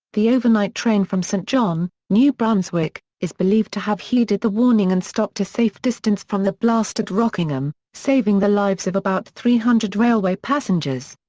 the overnight train from saint john, new brunswick, is believed to have heeded the warning and stopped a safe distance from the blast at rockingham, saving the lives of about three hundred railway passengers.